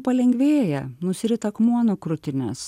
palengvėja nusirita akmuo nuo krutinės